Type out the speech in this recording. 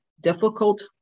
difficult